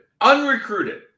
unrecruited